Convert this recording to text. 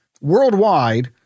Worldwide